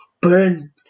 burn